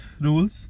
rules